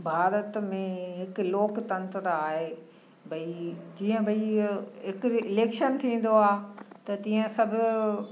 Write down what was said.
भारत में हिकु लोकतंत्र आहे भई जीअं भई हिकु इलेक्शन थींदो आहे त तीअं सभु